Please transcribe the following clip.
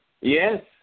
Yes